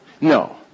No